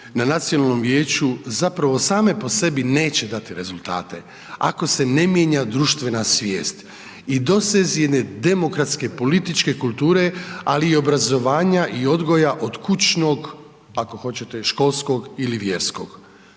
na Nacionalnom vijeću, zapravo same po sebi neće dati rezultate, ako se ne mijenja društvena svijest i dosezi demokratske političke kulture, ali i obrazovanja i odgoja od kućnog, ako hoćete školskog ili vjerskog.